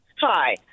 Hi